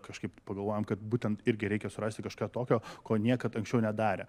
kažkaip pagalvojam kad būtent irgi reikia surasti kažką tokio ko niekad anksčiau nedarę